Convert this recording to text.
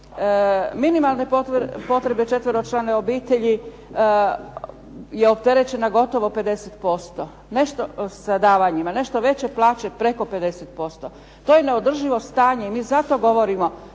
minimalne potrebe četveročlane obitelji je opterećena gotovo 50% nešto sa davanjima, nešto veće plaće preko 50%. To je neodrživo stanje i mi zato govorimo.